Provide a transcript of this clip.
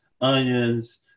onions